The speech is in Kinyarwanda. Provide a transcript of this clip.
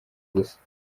gusa